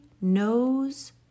nose